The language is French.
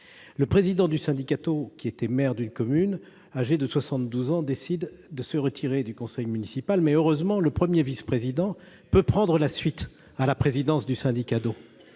Le président du syndicat d'eau, qui était le maire d'une commune, âgé de 72 ans, décide de se retirer du conseil municipal. Heureusement, le premier vice-président peut lui succéder à la présidence du syndicat